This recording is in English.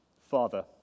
Father